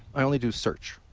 i only do search.